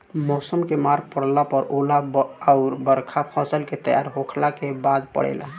मौसम के मार पड़ला पर ओला अउर बरखा फसल के तैयार होखला के बाद पड़ेला